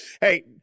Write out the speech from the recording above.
Hey